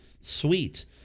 Sweet